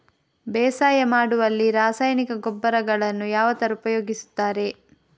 ಬೇಸಾಯ ಮಾಡುವಲ್ಲಿ ರಾಸಾಯನಿಕ ಗೊಬ್ಬರಗಳನ್ನು ಯಾವ ತರ ಉಪಯೋಗಿಸುತ್ತಾರೆ?